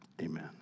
Amen